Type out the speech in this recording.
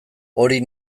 hori